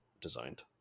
designed